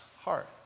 heart